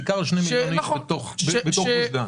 בעיקר על 2 מיליון אנשים בתוך גוש דן.